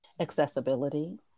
Accessibility